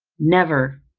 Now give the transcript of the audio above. never,